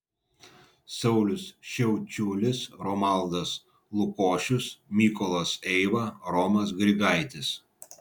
saulius šiaučiulis romualdas lukošius mykolas eiva romas grigaitis